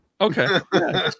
Okay